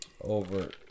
Over